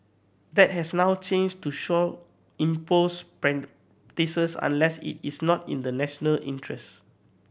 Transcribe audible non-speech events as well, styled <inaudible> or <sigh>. that has now changed to shall impose <unintelligible> unless it is not in the national interest